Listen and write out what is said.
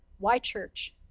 why church?